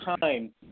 time